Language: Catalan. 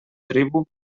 tribu